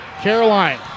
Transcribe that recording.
Caroline